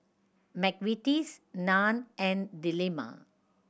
McVitie's Nan and Dilmah